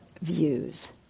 views